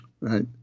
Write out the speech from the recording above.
right